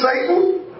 Satan